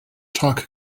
talk